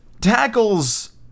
tackles